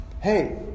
hey